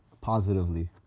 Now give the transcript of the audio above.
positively